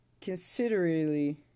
considerably